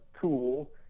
tool